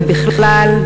ובכלל,